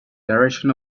direction